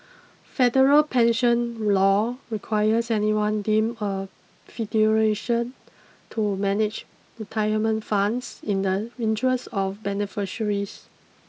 federal pension law requires anyone deemed a to manage retirement funds in the interest of beneficiaries